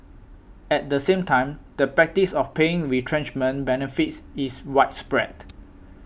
at the same time the practice of paying retrenchment benefits is widespread